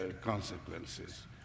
consequences